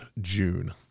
June